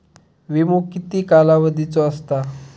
विमो किती कालावधीचो असता?